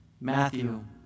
Matthew